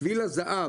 שביל הזהב.